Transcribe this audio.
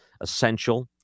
essential